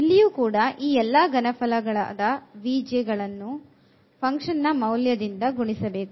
ಇಲ್ಲಿಯೂ ಕೂಡ ಈ ಎಲ್ಲಾ ಘನಫಲ Vj ಅನ್ನು function ನ ಮೌಲ್ಯದಿಂದ ಗುಣಿಸಬೇಕು